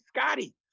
Scotty